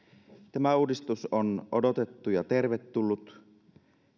tämä uudistus on odotettu ja tervetullut